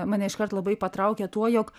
mane iškart labai patraukė tuo jog